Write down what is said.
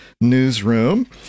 newsroom